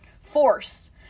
force